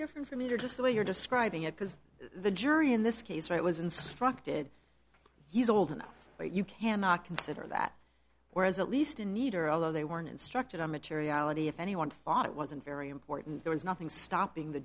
different from your just the way you're describing it because the jury in this case right was instructed he's old enough you cannot consider that whereas at least in meter although they were instructed on materiality if anyone thought it wasn't very important there was nothing stopping the